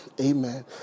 amen